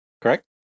correct